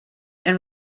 and